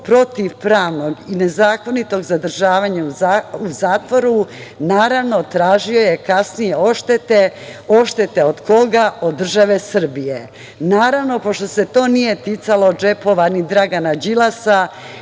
protivpravnog i nezakonitog zadržavanja u zatvoru tražio je kasnije odštete. Odštete od koga? Od države Srbije. Naravno, pošto se to nije ticalo džepova ni Dragana Đilasa,